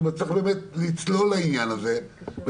צריך לצלול לעניין הזה.